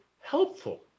helpful